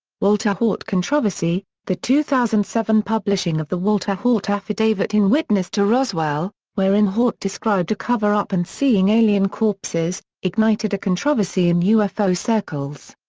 walter haut controversy the two thousand and seven publishing of the walter haut affidavit in witness to roswell, wherein haut described a cover-up and seeing alien corpses, ignited a controversy in ufo circles.